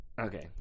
Okay